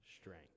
strength